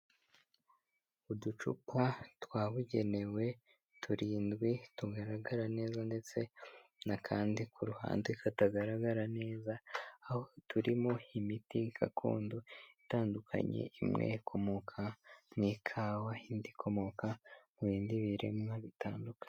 Uducupa twabugenewe turindwi tugaragara neza ndetse n'akandi ku ruhande katagaragara neza aho turimo imiti gakondo itandukanye imwe ikomoka mw'ikawa indi ikomoka mu bindi biremwa bitandukanye.